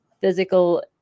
physical